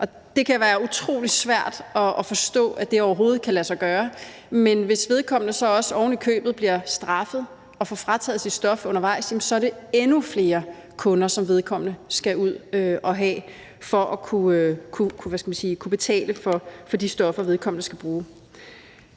det kan være utrolig svært at forstå, at det overhovedet kan lade sig gøre. Men hvis vedkommende så også ovenikøbet bliver straffet og får frataget sit stof undervejs, så er det endnu flere kunder, som vedkommende skal ud og have for at kunne betale for de stoffer, vedkommende skal bruge.